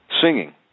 singing